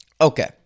Okay